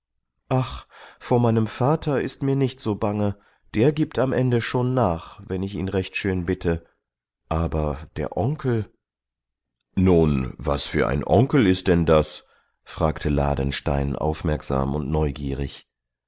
ach vor meinem vater ist mir nicht so bange der gibt am ende schon nach wenn ich ihn recht schön bitte aber der onkel nun was für ein onkel ist denn das fragte ladenstein aufmerksam und neugierig